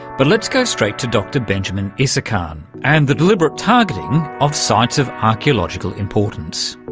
but let's go straight to dr benjamin isakhan and the deliberate targeting of sites of archaeological importance.